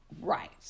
right